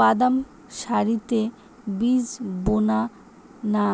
বাদাম সারিতে বীজ বোনা না